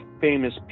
famous